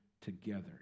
together